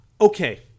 Okay